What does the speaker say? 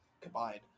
combined